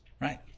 right